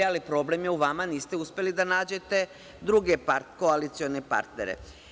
Ali, problem je u vama jer niste uspeli da nađete druge koalicione partnere.